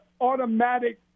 automatic